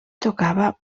tocava